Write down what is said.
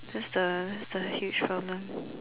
that's the that's the huge problem